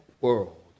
world